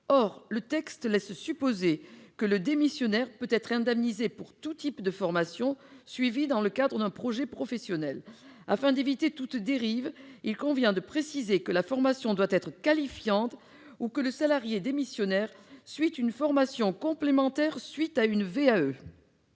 Or le texte laisse supposer que le démissionnaire peut être indemnisé pour tout type de formation suivie dans le cadre d'un projet professionnel. Afin d'éviter toute dérive, il convient de préciser que la formation doit être qualifiante ou que le salarié démissionnaire suit une formation complémentaire à la suite d'une